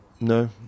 no